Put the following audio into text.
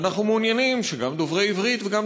אנחנו מעוניינים שגם דוברי עברית וגם